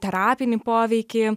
terapinį poveikį